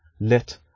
Let